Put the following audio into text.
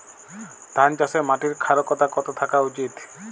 ধান চাষে মাটির ক্ষারকতা কত থাকা উচিৎ?